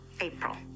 April